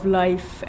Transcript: life